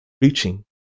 preaching